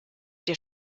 der